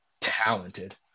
talented